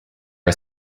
are